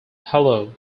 hello